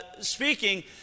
speaking